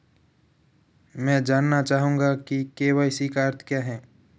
मैं जानना चाहूंगा कि के.वाई.सी का अर्थ क्या है?